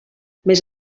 més